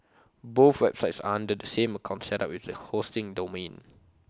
both websites are under the same account set up with the hosting domain